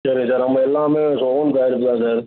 சரிங்க சார் நம்ம எல்லாமே இப்போ ஓன் ப்ராடக்ட் தான் சார்